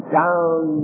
down